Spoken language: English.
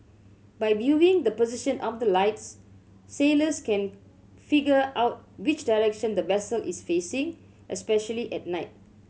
by viewing the position of the lights sailors can figure out which direction the vessel is facing especially at night